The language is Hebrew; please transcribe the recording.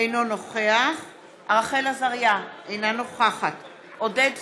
אינו נוכח רחל עזריה, אינה נוכחת עודד פורר,